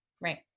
Right